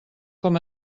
com